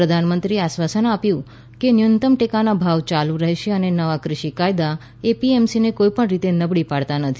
પ્રધાનમંત્રીએ આશ્વાસન આપ્યું કે ન્યૂનતમ ટેકાના ભાવ ચાલુ રહેશે અને નવા કૃષિ કાયદા એપીએમસીને કોઈપણ રીતે નબળી પાડતા નથી